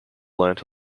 learnt